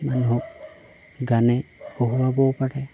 মানুহক গানে হহোঁৱাবও পাৰে